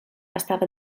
estava